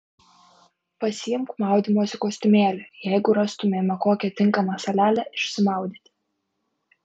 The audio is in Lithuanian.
pasiimk maudymosi kostiumėlį jeigu rastumėme kokią tinkamą salelę išsimaudyti